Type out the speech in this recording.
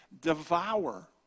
devour